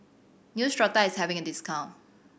neostrata is having a discount